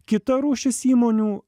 kita rūšis įmonių